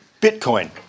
Bitcoin